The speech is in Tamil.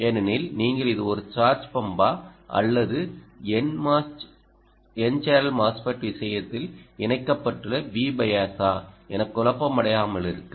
ஏனெனில் நீங்கள் இது ஒரு சார்ஜ் பம்பா அல்லது n சேனல் MOSFET விஷயத்தில் இணைக்கப்பட்டுள்ள Vbias ஆ என குழப்பமடையாமலிருக்க